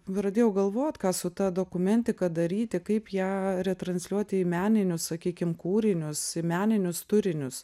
pradėjau galvot ką su ta dokumentika daryti kaip ją retransliuot į meninius sakykim kūrinius į meninius turinius